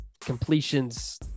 completions